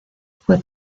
fue